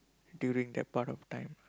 during that point of time